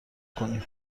کنیم